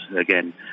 again